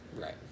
Right